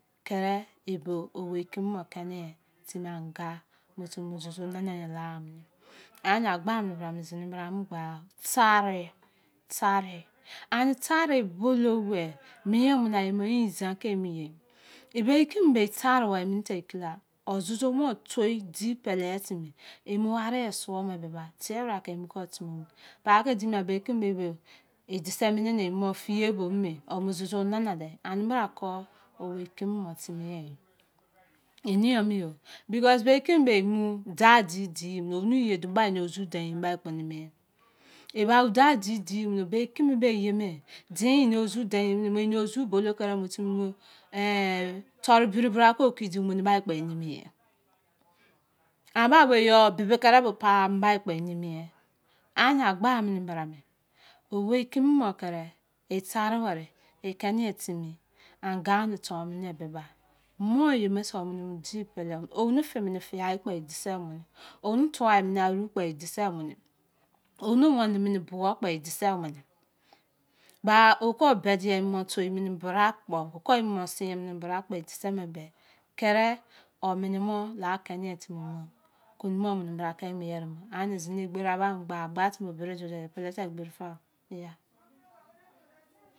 Kiri e owei kimi mọ kẹmi yọ a timi anga timi bo timi bo zozo nana yo ba mini mẹ ani a abo mini bra me a zini bra a mu gbagba tari tari ani tari bodou bẹ mien muna eye bo izan ke mi ye. Ebei kimi bei tari weri mẹ tịẹkịrị a azọzọ ọ mọ toi di pẹlẹ gha timi emu wari ẹ sụọ mẹ bị ba, tie bra kẹ mo kon timi paki dii me be bei kimi be e dise minị nị e fiye bọ mimi ọ mu zọzọ nana de ani bra kọ owei kịmị mọ timi e. Eniyọ mi yo bikọs, be kimi be emọ dadi di mịnị unu ye duba ena zuu dein emi bai kpo e namigha e ba o dadi di mini be kimi eye mẹ diiyin enozu dẹin emi nị mu enị ozu bolou kiri mu timi mu tọru biri bra ki okidi mini bra kpọ e numughe. Ani ba bo yọ bibi kiri bo paa m bai kpọ e numughe. Ania gba mini bra mẹ owei kimi mo kiri e tari weri e keni yo timi anga omo ton mini be ba mọ eye mose ọmo di pele mini. onu fị mịnị fiyai kpo e disẹs munu onu tuai mịnị aru kpọ e disẹẹ mini omu wemi mini buokpọ e disẹẹ mini. Ba o kọ bẹdị a emomọ toi mini braa kpọ o kọ e mọmọ sinyein mini braa kpọ e disẹ me be a kiri ọmịnị mọ la kẹnị yọ a timi ma kunu mọọ mịnị bra ki emo yeri mọ ani zini egberi a ba mo gbagba. Gba timi bo mẹ tịẹkiri a azọzọ ẹ mạ toi di pẹlẹ gha timi emu wari ẹ sụo mẹ bị ba tie bra kẹ mo kon timi. Paki dii me bẹ bei kimi be e dise mịnị ni, e fiye bọ mimi ọmu zọzọ nana de ani bra kọ owei kịmị mọ timi e. Eniya mi yo bikos, be kimi be emo dadi di mini unu ye duba ena zuu deiin emi bai kpo e namigha e ba o dadi di mini be kimi eye me enozu dein emi ni mu eni ozu bolou kiri mu timi mu tiri biri bra ki okidi mini brakpọ e numughe. Anibabo yọ bịbị kịrị bo paa ni bai kpọ e numughe. Ania a gba mini bra mẹ owei kimi mo kiri e tari wẹri e kẹni yọ timi anga omo ton mini be ba mọ eye mọse ọmo di pele mini onu fi mini fiyai kpo e disẹẹ munu onu tuại mịnị aru kpọ e dịsẹẹ mini. Omu wẹni mini buo kpọ e dịsẹẹ mịnị. Ba o kọ bẹdị a toi mini bra kpo o ko e mọmọ sinyein mini bra kpọ e dise me be a kiri ọmini mọ la kẹni yọ o timi mo kunu mọọ mini bra kie emo yeri mo ani zini egberi a ba mo gbagha gba timi ba bere dude pete de egberi fa o! Yaah!